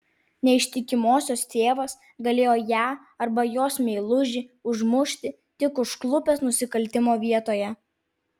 neištikimosios tėvas galėjo ją arba jos meilužį užmušti tik užklupęs nusikaltimo vietoje